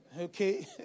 Okay